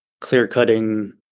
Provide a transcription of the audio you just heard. clear-cutting